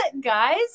guys